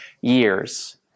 years